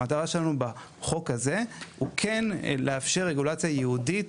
המטרה שלנו בחוק הזה היא לאפשר רגולציה ייעודית,